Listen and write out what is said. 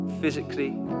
physically